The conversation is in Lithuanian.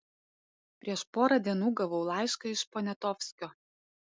prieš porą dienų gavau laišką iš poniatovskio